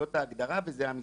זאת ההגדרה וזה המספר.